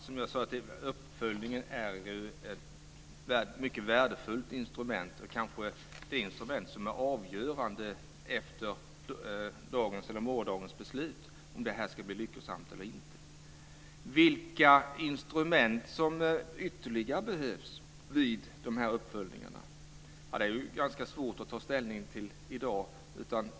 Fru talman! Uppföljningen är ju ett mycket värdefullt instrument. Det är kanske det instrument som är avgörande för om det här ska bli lyckosamt eller inte efter morgondagens beslut. Vilka instrument som ytterligare behövs vid de här uppföljningarna är ganska svårt att ta ställning till i dag.